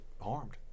harmed